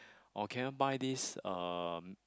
oh can you buy this um